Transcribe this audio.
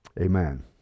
Amen